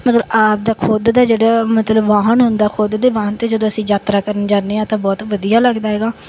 ਮਤਲਬ ਆਪ ਦਾ ਖੁਦ ਦਾ ਜਿਹੜਾ ਮਤਲਬ ਵਾਹਣ ਹੁੰਦਾ ਖੁਦ ਦੇ ਵਾਹਣ 'ਤੇ ਜਦੋਂ ਅਸੀਂ ਯਾਤਰਾ ਕਰਨ ਜਾਂਦੇ ਹਾਂ ਤਾਂ ਬਹੁਤ ਵਧੀਆ ਲੱਗਦਾ ਹੈਗਾ